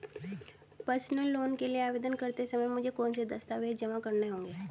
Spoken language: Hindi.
पर्सनल लोन के लिए आवेदन करते समय मुझे कौन से दस्तावेज़ जमा करने होंगे?